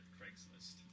Craigslist